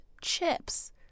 chips